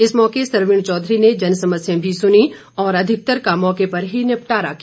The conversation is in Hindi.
इस मौके सरवीण चौधरी ने जनसमस्याएं भी सुनी और अधिकतर का मौके पर ही निपटारा किया